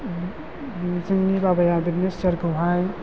जोंनि बाबाया बिदिनो सियारखौहाय